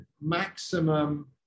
maximum